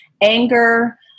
anger